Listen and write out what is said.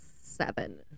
seven